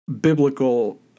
biblical